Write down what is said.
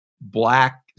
black